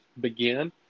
begin